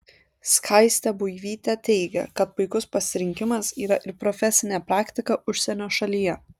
skaistė buivytė teigia kad puikus pasirinkimas yra ir profesinė praktika užsienio šalyje